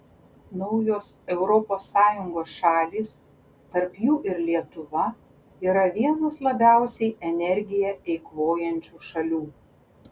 naujos europos sąjungos šalys tarp jų ir lietuva yra vienos labiausiai energiją eikvojančių šalių